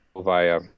via